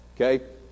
Okay